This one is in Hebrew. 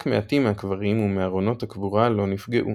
רק מעטים מהקברים ומארונות הקבורה לא נפגעו.